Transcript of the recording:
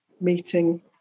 meeting